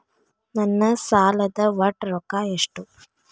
ನನ್ನ ಸಾಲದ ಒಟ್ಟ ರೊಕ್ಕ ಎಷ್ಟು?